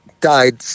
died